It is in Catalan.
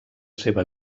seva